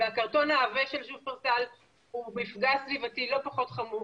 והקרטון העבה של שופרסל הוא מפגע סביבתי לא פחות חמור,